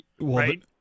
Right